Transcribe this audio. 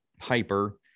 hyper